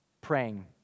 praying